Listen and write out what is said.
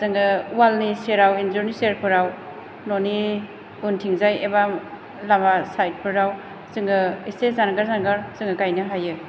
जोङो वालनि सेराव इन्जुरनि सेरफोराव न'नि उनथिंजाय एबा लामा साइडफोराव जोङो एसे जानगार जानगार जोङो गायनो हायो